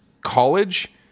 college